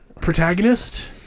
protagonist